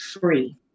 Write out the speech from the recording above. free